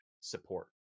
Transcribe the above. support